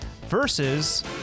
versus